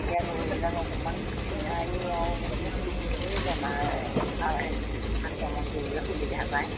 এতিয়া গৰুবিলাক অকণমান ক্ষীণায়ো আৰু ঢেৰ বেমাৰ হেৰি আক্ৰমণ কৰিবলৈ সুবিধা পায়